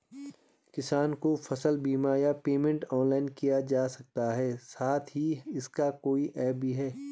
किसानों को फसल बीमा या पेमेंट ऑनलाइन किया जा सकता है साथ ही इसका कोई ऐप भी है?